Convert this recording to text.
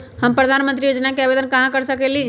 हम प्रधानमंत्री योजना के आवेदन कहा से कर सकेली?